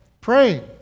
Praying